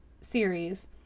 series